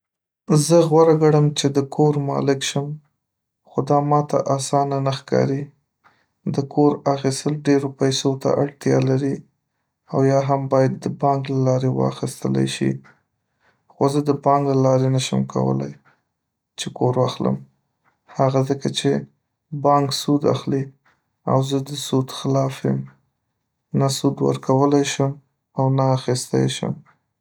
زه غوره ګڼم چې د کور مالک شم خو دا ما ته اسانه نه ښکاري. د کور اخیستل ډیرو پیسو ته اړتیا لري او یا هم باید د بانک له لاري واخستلی شی خو زه د بانک له لاری نشم کولای چې کور واخلم هغه ځکه چې بانک سود اخلي او زه د سود خلاف یم نه سود ورکولای شم او نه اخیستی شم.